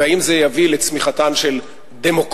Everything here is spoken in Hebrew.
והאם זה יביא לצמיחתן של דמוקרטיות,